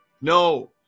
No